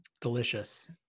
Delicious